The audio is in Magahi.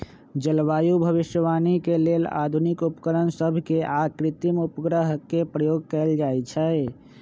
जलवायु भविष्यवाणी के लेल आधुनिक उपकरण सभ आऽ कृत्रिम उपग्रहों के प्रयोग कएल जाइ छइ